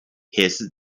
his